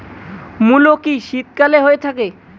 মূলো কি শীতকালে হয়ে থাকে?